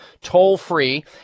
toll-free